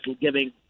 giving